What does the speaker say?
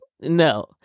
No